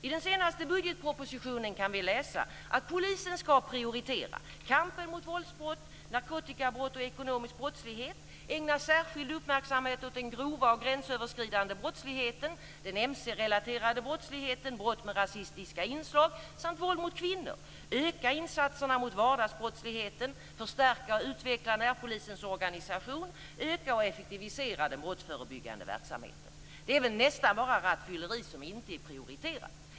I den senaste budgetpropositionen kan vi läsa att polisen skall prioritera kampen mot våldsbrott, narkotikabrott och ekonomisk brottslighet, ägna särskild uppmärksamhet åt den grova och gränsöverskridande brottsligheten, den mc-relaterade brottsligheten, brott med rasistiska inslag samt våld mot kvinnor, öka insatserna mot vardagsbrottsligheten, förstärka och utveckla närpolisens organisation samt öka och effektivisera den brottsförebyggande verksamheten. Det är väl nästan bara rattfylleri som inte är prioriterat.